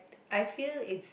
I feel it's